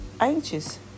anxious